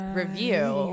review